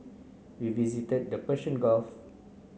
we visited the Persian Gulf